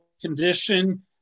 condition